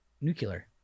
nuclear